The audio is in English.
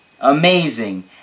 Amazing